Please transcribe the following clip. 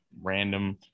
random